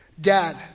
dad